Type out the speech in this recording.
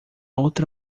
outra